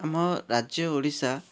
ଆମ ରାଜ୍ୟ ଓଡ଼ିଶା